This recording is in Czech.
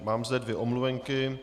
Mám zde dvě omluvenky.